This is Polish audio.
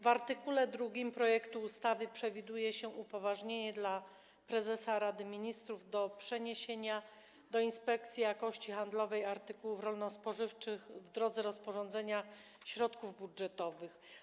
W art. 2 projektu ustawy przewiduje się upoważnienie dla prezesa Rady Ministrów do przeniesienia do Inspekcji Jakości Handlowej Artykułów Rolno-Spożywczych, w drodze rozporządzenia, środków budżetowych.